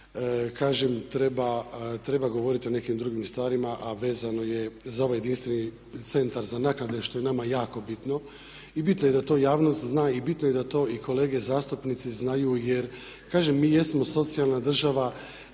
Kažem, treba govoriti o nekim drugim stvarima a vezano je za ovaj jedinstveni centar za naknade što je nama jako bitno. I bitno je da to javnost zna i bitno je da to i kolege zastupnici znaju jer kažem mi jesmo socijalna država,